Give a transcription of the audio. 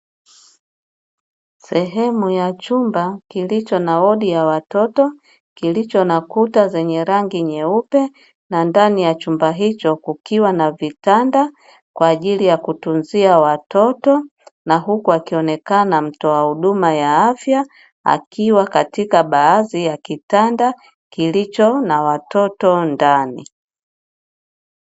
Sehemu ya chumba kilicho na wodi ya watoto, kilicho nakuta zenye rangi nyeupe na ndani ya chumba hicho kukiwa na vitanda kwa ajili ya kutunzia watoto, na huku akionekana mtoa huduma ya afya, akiwa katika baadhi ya kitanda kilicho na watoto ndani.